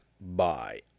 Bye